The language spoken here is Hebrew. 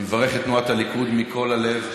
אני מברך את תנועת הליכוד מכל הלב,